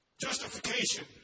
Justification